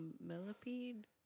millipede